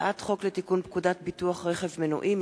הצעת חוק לתיקון פקודת ביטוח רכב מנועי (מס'